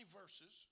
verses